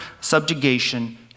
subjugation